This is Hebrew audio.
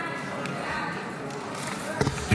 בעד.